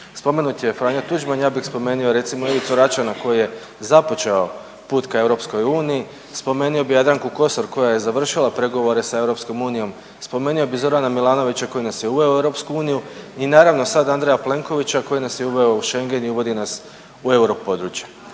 Spomenut je Franjo Tuđman, ja bih spomenio, recimo, Ivicu Račana koji je započeo put ka EU, spomenio bih Jadranku Kosor koja je završila pregovore sa EU, spomenio bih Zorana Milanovića koji nas je uveo u EU i naravno, sad Andreja Plenkovića koji nas je uveo u Schengen i uvodi nas u europodručje.